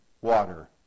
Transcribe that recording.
water